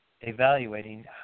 evaluating